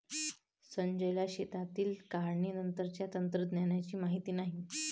संजयला शेतातील काढणीनंतरच्या तंत्रज्ञानाची माहिती नाही